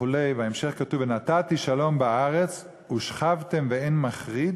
ובהמשך כתוב: "ונתתי שלום בארץ ושכבתם ואין מחריד,